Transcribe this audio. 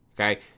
okay